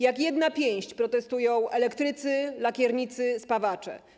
Jak jedna pięść protestują elektrycy, lakiernicy i spawacze.